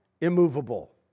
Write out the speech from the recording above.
immovable